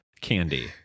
candy